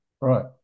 right